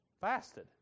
fasted